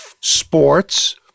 Sports